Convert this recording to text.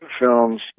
films